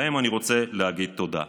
להם אני רוצה להגיד תודה.